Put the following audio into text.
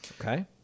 Okay